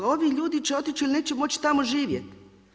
Ovi ljudi će otići jer neće moći tamo živjeti.